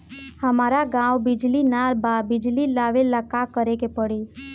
हमरा गॉव बिजली न बा बिजली लाबे ला का करे के पड़ी?